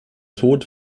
tod